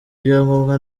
ibyangombwa